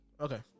okay